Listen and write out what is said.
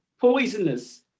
poisonous